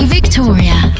Victoria